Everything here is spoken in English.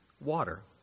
water